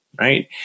Right